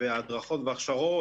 ההדרכות וההכשרות,